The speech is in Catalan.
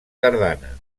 tardana